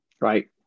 Right